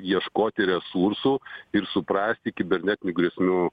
ieškoti resursų ir suprasti kibernetinių grėsmių